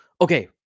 Okay